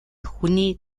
хүний